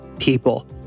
people